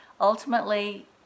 Ultimately